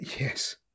yes